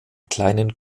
kleinen